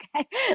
okay